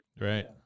Right